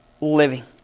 living